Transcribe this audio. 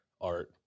art